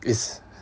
is